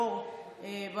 לימור,